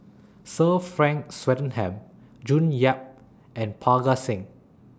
Sir Frank Swettenham June Yap and Parga Singh